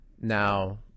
Now